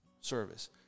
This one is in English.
service